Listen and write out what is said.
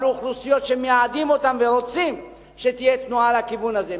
אבל לאוכלוסיות שמייעדים אותן ורוצים שתהיה תנועה לכיוון הזה.